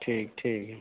ठीक ठीक है